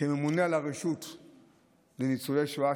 כממונה על הרשות לניצולי השואה,